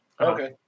Okay